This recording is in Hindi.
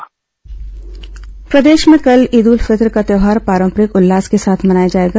ईद उल फितर प्रदेश में कल ईद उल फितर का त्यौहार पारंपरिक उल्लास के साथ मनाया जाएगा